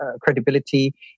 credibility